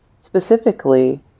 specifically